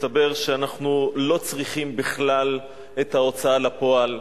מסתבר שאנחנו לא צריכים בכלל את ההוצאה לפועל,